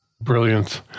brilliant